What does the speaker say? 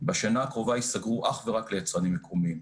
בשנה הקרובה יסגרו אך ורק ליצרנים מקומיים.